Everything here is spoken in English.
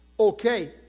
Okay